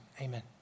Amen